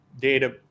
data